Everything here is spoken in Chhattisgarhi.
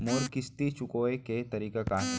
मोर किस्ती चुकोय के तारीक का हे?